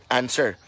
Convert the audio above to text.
answer